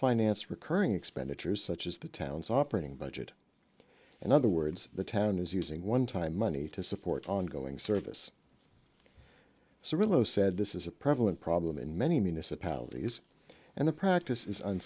finance recurring expenditures such as the town's operating budget in other words the town is using one time money to support ongoing service cirilo said this is a privilege problem in many municipalities and the practice